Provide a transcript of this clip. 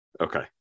Okay